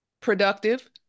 productive